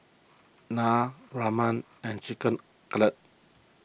Naan Ramen and Chicken Cutlet